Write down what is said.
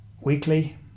Weekly